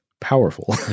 powerful